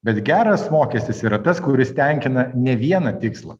bet geras mokestis yra tas kuris tenkina ne vieną tikslą